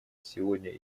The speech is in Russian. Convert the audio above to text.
сегодня